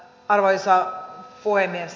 arvoisa puhemies